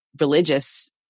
religious